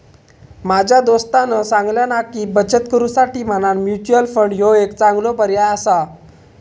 माझ्या दोस्तानं सांगल्यान हा की, बचत करुसाठी म्हणान म्युच्युअल फंड ह्यो एक चांगलो पर्याय आसा